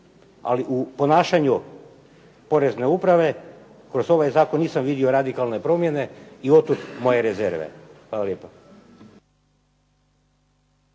Ali u ponašanju porezne uprave kroz ovaj zakon nisam vidio radikalne promjene i otud moje rezerve. Hvala lijepa.